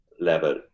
level